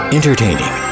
Entertaining